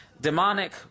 demonic